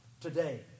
Today